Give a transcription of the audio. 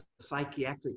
psychiatric